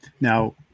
Now